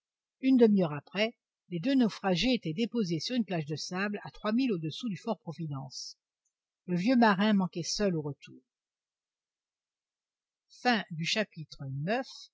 une demi-heure après les deux naufragés étaient déposés sur une plage de sable à trois milles au-dessous du fort providence le vieux marin manquait seul au retour